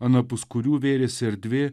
anapus kurių vėrėsi erdvė